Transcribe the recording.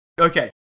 okay